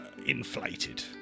Inflated